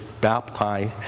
baptize